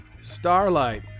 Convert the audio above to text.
Starlight